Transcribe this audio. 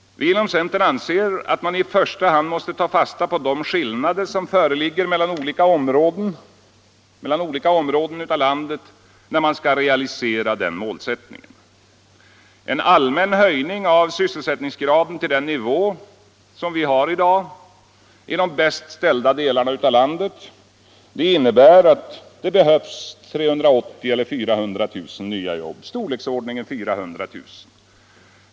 Vi inom centern anser, att när man skall realisera den målsättningen, så måste man i första hand ta fasta på de skillnader som finns mellan olika områden av landet. En allmän höjning av sysselsättningsgraden till den nivå som vi har i dag i de bäst ställda delarna av landet innebär att det behövs 380 000-400 000 nya jobb.